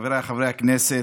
חבריי חברי הכנסת,